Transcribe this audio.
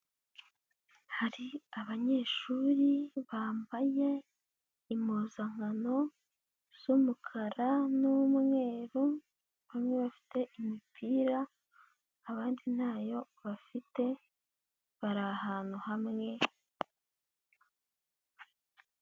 Hari abanyeshuri bambaye impuzankano z'umukara n'umweru, bamwe bafite imipira abandi ntayo bafite, bari ahantu hamwe.